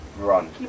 run